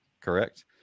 correct